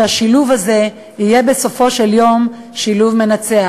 כדי שהשילוב הזה יהיה בסופו של דבר שילוב מנצח.